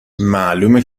معلومه